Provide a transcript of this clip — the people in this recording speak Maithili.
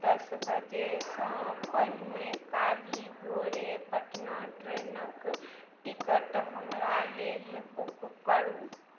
दस बजेसँ पहिने काल्हि भोरे पटना ट्रेनक टिकट हमरा लेल बुक करू